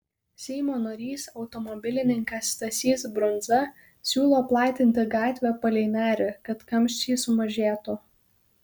seimo narys automobilininkas stasys brundza siūlo platinti gatvę palei nerį kad kamščiai sumažėtų